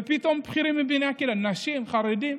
ופתאום, בכירים מבני הקהילה, נשים, חרדים.